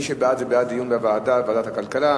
מי שבעד, זה בעד דיון בוועדה, ועדת הכלכלה.